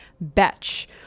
BETCH